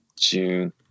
June